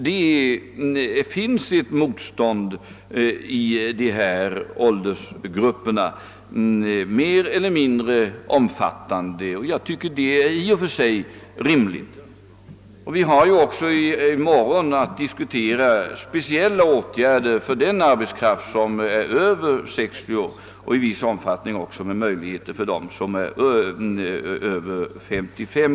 Det finns ett mer eller mindre omfattande motstånd i dessa åldersgrupper. Det är enligt min uppfattning i och för sig rimligt. Vi har ju också i morgon att diskutera speciella åtgärder för den arbetskraft som är över 60 år och i viss mån även för dem som är över 55.